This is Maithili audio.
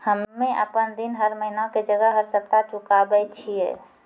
हम्मे आपन ऋण हर महीना के जगह हर सप्ताह चुकाबै छिये